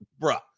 bruh